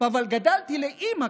אבל גדלתי לאימא,